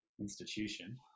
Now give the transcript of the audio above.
institution